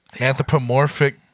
Anthropomorphic